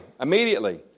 Immediately